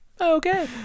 Okay